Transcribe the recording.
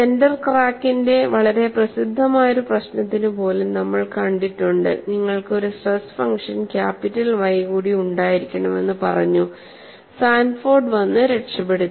centre ക്രാക്കിന്റെ വളരെ പ്രസിദ്ധമായ ഒരു പ്രശ്നത്തിന് പോലും നമ്മൾ കണ്ടിട്ടുണ്ട് നിങ്ങൾക്ക് ഒരു സ്ട്രെസ് ഫംഗ്ഷൻ ക്യാപിറ്റൽ Y കൂടി ഉണ്ടായിരിക്കണമെന്ന് പറഞ്ഞു സാൻഫോർഡ് വന്ന് രക്ഷപ്പെടുത്തി